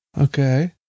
Okay